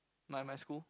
my my school